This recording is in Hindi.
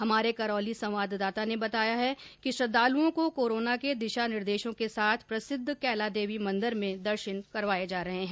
हमारे करौली संवाददाता ने बताया है कि श्रद्धालुओं को कोरोना के दिशा निर्देशों के साथ प्रसिद्ध कैला देवी मंदिर में दर्शन करवाए जा रहे हैं